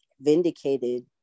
vindicated